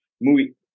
Movie